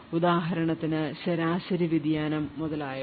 ഉദാഹരണത്തിന് ശരാശരി വ്യതിയാനം മുതലായവ